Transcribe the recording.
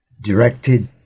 directed